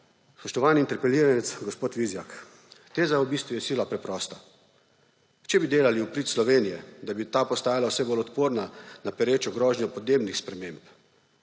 Spoštovani interpeliranec gospod Vizjak, teza je v bistvu sila preprosta. Če bi delali v prid Slovenije, da bi ta postajala vse bolj odporna na perečo grožnjo podnebnih sprememb,